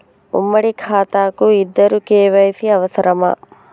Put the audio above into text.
ఉమ్మడి ఖాతా కు ఇద్దరు కే.వై.సీ అవసరమా?